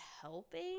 helping